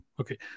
Okay